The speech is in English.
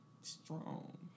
strong